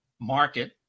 market